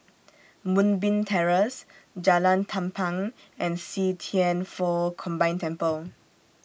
Moonbeam Terrace Jalan Tampang and See Thian Foh Combined Temple